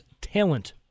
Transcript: talent